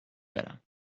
برم